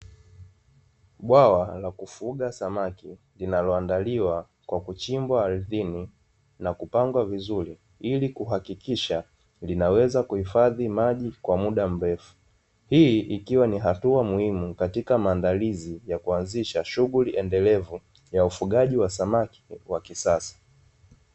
Bwawa la kufuga samaki linaloandaliwa kwa kuchimbwa ardhini na kupandwa vizuri, ili kuhakikisha linaweza kuhifadhi maji kwa muda mrefu. Hii ikiwa ni hatua muhimu katika maandalizi ya kuanzisha shughuli endelevu ya ufugaji wa samaki wa kisasa.